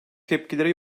tepkilere